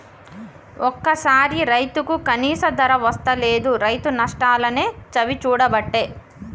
ఒక్కోసారి రైతుకు కనీస ధర వస్తలేదు, రైతు నష్టాలనే చవిచూడబట్టే